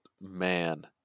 man